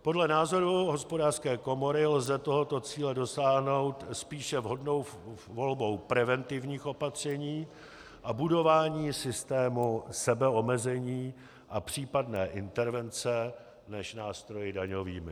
Podle názoru Hospodářské komory lze tohoto cíle dosáhnout spíše vhodnou volbou preventivních opatření a budováním systému sebeomezení a případné intervence než nástroji daňovými.